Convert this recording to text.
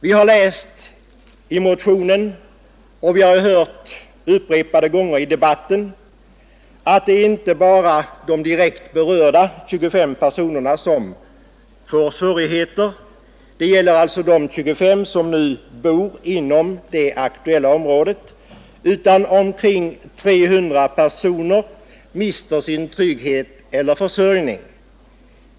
Vi har läst i motionen och vi har hört upprepade gånger i debatten att det inte är bara de direkt berörda 25 personerna vilka nu bor i det aktuella området som får svårigheter utan att omkring 300 personer mister sin trygghet eller sin försörjning.